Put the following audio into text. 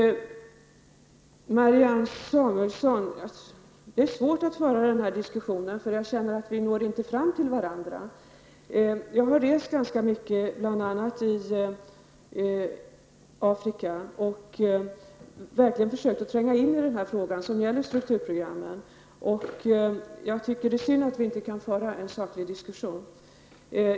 Det är svårt att föra den här diskussionen eftersom jag känner att vi inte når fram till varandra, Marianne Samuelsson. Jag har rest ganska mycket, bl.a. i Afrika, och verkligen försökt att tränga in i den här frågan som gäller strukturprogrammen. Det är synd att vi inte kan föra en saklig diskussion.